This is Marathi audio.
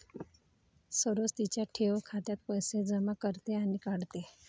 सरोज तिच्या ठेव खात्यात पैसे जमा करते आणि काढते